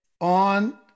on